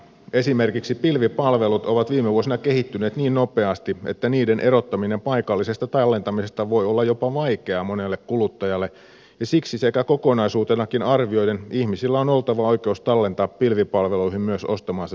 esimerkiksi pilvipalvelut ovat viime vuosina kehittyneet niin nopeasti että niiden erottaminen paikallisesta tallentamisesta voi olla jopa vaikeaa monelle kuluttajalle ja siksi sekä kokonaisuutenakin arvioiden ihmisillä on oltava oikeus tallentaa pilvipalveluihin myös ostamaansa digitaalista sisältöä